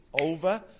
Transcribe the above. over